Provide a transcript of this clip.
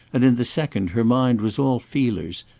and in the second her mind was all feelers,